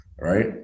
Right